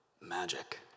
magic